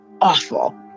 awful